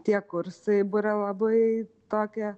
tie kursai buria labai tokią